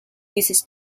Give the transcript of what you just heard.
uses